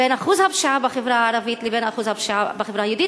בין שיעור הפשיעה בחברה הערבית לבין שיעור הפשיעה בחברה היהודית.